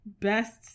best